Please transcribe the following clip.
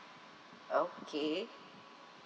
okay